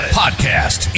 podcast